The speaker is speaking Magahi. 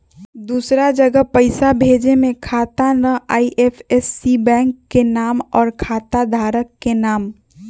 दूसरा जगह पईसा भेजे में खाता नं, आई.एफ.एस.सी, बैंक के नाम, और खाता धारक के नाम?